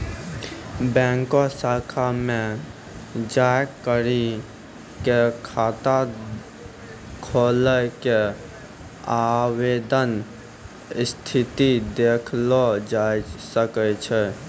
बैंको शाखा मे जाय करी क खाता खोलै के आवेदन स्थिति देखलो जाय सकै छै